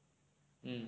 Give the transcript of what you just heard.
mm